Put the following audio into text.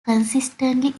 consistently